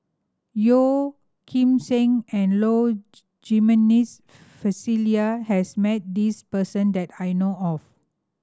Yeo Kim Seng and Low Jimenez Felicia has met this person that I know of